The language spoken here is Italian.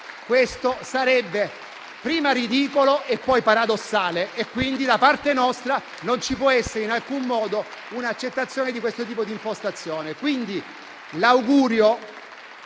perché sarebbe anzitutto ridicolo, e poi paradossale; quindi, da parte nostra non ci può essere, in alcun modo, un'accettazione di questo tipo di impostazione.